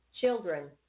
children